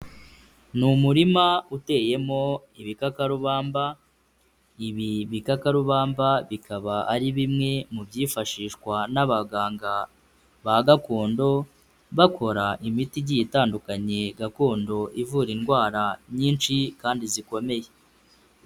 Ni umurima uteyemo ibikakarubamba, ibi bikakarubamba bikaba ari bimwe mu byifashishwa n'abaganga ba gakondo bakora imiti igiye itandukanye gakondo ivura indwara nyinshi kandi zikomeye.